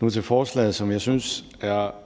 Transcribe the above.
Nu til forslaget, som jeg synes er